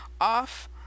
off